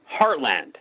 heartland